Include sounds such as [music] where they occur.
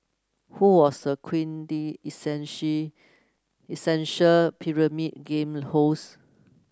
who was the [unintelligible] essential Pyramid Game host